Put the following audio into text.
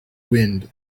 wind